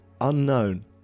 Unknown